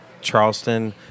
Charleston